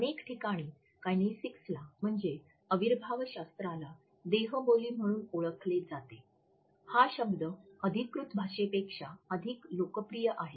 अनेक ठिकाणी किनेसिक्सला म्हणजे अविर्भावशास्त्राला देहबोली म्हणून ओळखले जाते हा शब्द अधिकृत भाषेपेक्षा अधिक लोकप्रिय आहे